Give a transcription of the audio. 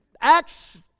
Acts